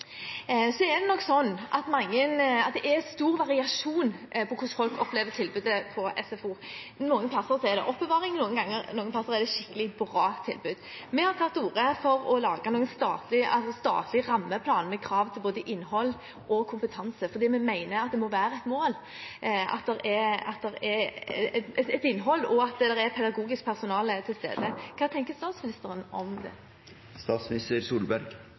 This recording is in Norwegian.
noen steder er det oppbevaring, noen steder er det et skikkelig bra tilbud. Vi har tatt til orde for å lage en statlig rammeplan med krav til både innhold og kompetanse, fordi vi mener det må være et mål at det er et innhold, og at det er pedagogisk personale til stede. Hva tenker statsministeren om det?